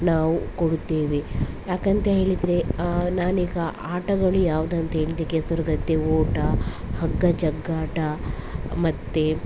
ನಾವು ಕೊಡುತ್ತೇವೆ ಯಾಕಂತ ಹೇಳಿದರೆ ನಾನೀಗ ಆಟಗಳು ಯಾವ್ದು ಅಂತ ಹೇಳ್ದೆ ಕೆಸರು ಗದ್ದೆ ಓಟ ಹಗ್ಗ ಜಗ್ಗಾಟ ಮತ್ತು